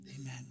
Amen